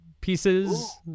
pieces